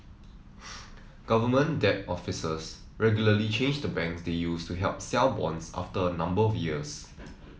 government debt officers regularly change the banks they use to help sell bonds after a number of years